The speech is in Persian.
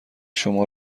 شما